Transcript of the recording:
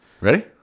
Ready